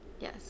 Yes